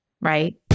right